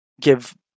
give